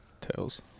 Tails